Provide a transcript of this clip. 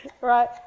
right